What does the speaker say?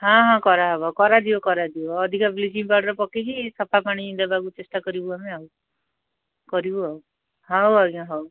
ହଁ ହଁ କରାହବ କରାଯିବ କରାଯିବ ଅଧିକା ବ୍ଲିଚିଂ ପାଉଡ଼ର୍ ପକେଇକି ସଫାପାଣି ଦେବାକୁ ଚେଷ୍ଟା କରିବୁ ଆମେ ଆଉ କରିବୁ ଆଉ ହଉ ଆଜ୍ଞା ହଉ